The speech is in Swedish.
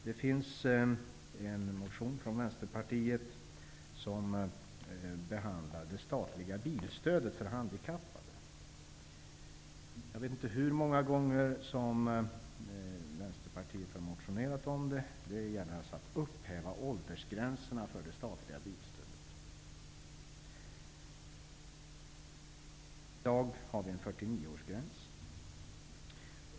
Det finns en motion från Vänsterpartiet som behandlar det statliga bilstödet för handikappade. Jag vet inte hur många gånger Vänsterpartiet har motionerat om detta. Motionen gäller att upphäva åldersgränserna för det statliga bildstödet. I dag är det en 49-årsgräns.